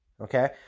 okay